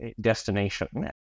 destination